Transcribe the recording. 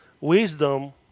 wisdom